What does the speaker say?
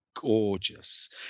Gorgeous